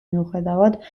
მიუხედავად